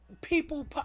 people